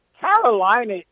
Carolina